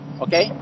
Okay